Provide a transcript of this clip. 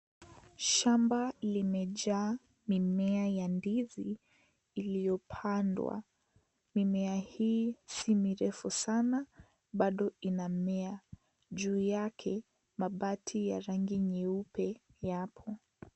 Shamba limejaa mimea ya ndizi iliyopandwa. Mimea hii si mirefu sana, bado inamea. Juu yake, mabati ya rangi nyeupe yapo.